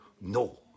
no